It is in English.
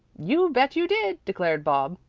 you bet you did, declared bob.